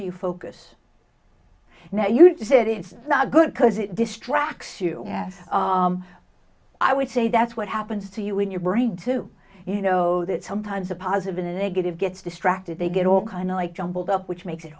do you focus now you said it's not good because it distracts you i would say that's what happens to you in your brain too you know that sometimes a positive in a negative gets distracted they get all kind of like jumbled up which makes it